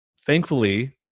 Thankfully